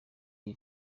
iyi